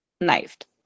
knifed